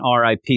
RIP